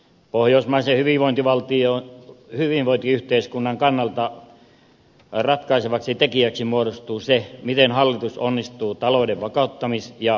pohjoismaisen hyvinvointiyhteiskunnan kannalta ratkaisevaksi tekijäksi muodostuu se miten hallitus onnistuu talouden vakauttamis ja kasvuohjelmassaan